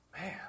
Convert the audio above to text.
Man